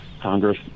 Congress